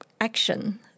action